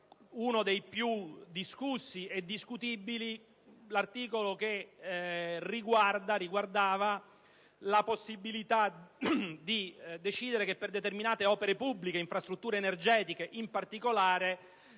uno dei più discussi e discutibili. Si tratta dell'articolo che prevede la possibilità di decidere che per determinate opere pubbliche, infrastrutture energetiche in particolare,